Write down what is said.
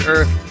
Earth